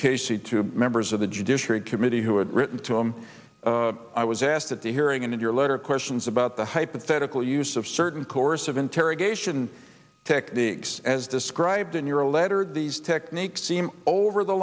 casey two members of the judiciary committee who had written to him i was asked at the hearing and in your letter questions about the hypothetical use of certain coercive interrogation techniques as described in your letter these techniques seem over the